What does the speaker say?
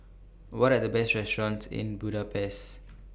What Are The Best restaurants in Budapest